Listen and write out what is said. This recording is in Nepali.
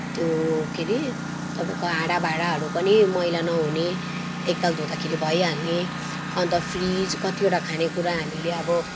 त्यो के अरे तपाईँको हाँडाभाँडाहरू पनि मैला नहुने एकताल धुँदाखेरि भइहाल्ने अन्त फ्रिज कतिवटा खानेकुरा हामीले अब